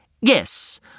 Yes